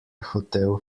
hotel